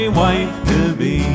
wife-to-be